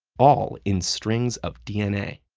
all in strings of dna.